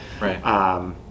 Right